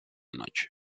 noche